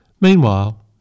Meanwhile